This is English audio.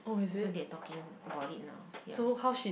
so they are talking about it now